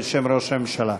בשם ראש הממשלה.